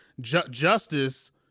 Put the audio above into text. justice